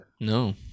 No